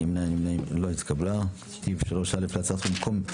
לנו גם במזהם הביולוגי וגם במזהם הכימי.